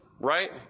right